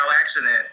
accident